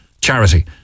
charity